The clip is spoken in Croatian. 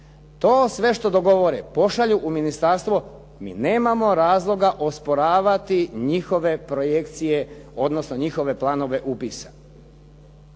To sve što dogovore pošalju u ministarstvo, mi nemamo razloga osporavati njihove projekcije odnosno njihove planove upisa.